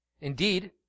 Indeed